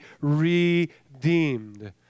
redeemed